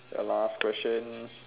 a last question